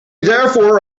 therefore